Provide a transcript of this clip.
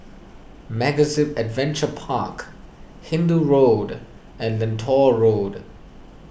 MegaZip Adventure Park Hindoo Road and Lentor Road